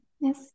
Yes